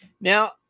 Now